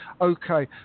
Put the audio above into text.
Okay